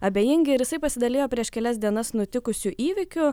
abejingi ir jisai pasidalijo prieš kelias dienas nutikusiu įvykiu